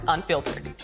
Unfiltered